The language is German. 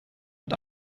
mit